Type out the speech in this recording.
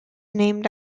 named